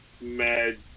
mad